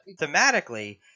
Thematically